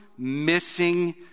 missing